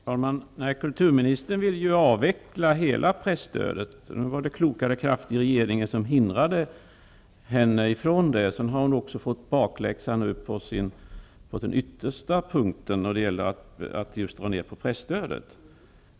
Herr talman! Kulturministern ville avveckla hela presstödet, men klokare krafter i regeringen hindrade henne från det. Nu har hon också fått bakläxa på den yttersta punkten vad gäller just neddragningen av presstödet.